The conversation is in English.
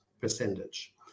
percentage